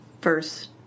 first